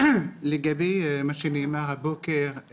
לגבי מה שנאמר הבוקר,